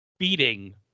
beating